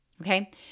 Okay